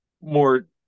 more